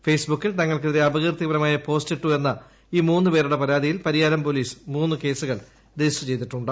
ഫേസ്ബുക്കിൽ തങ്ങൾക്കെതിരെ അപകീർത്തിപരമായ പോസ്റ്റിട്ടു എന്ന ഈ മൂന്ന് പേരുടെ പരാതിയിൽ പരിയാരം പൊലീസ് മൂന്ന് കേസുകൾ രജിസ്റ്റർ ചെയ്തിട്ടുണ്ട്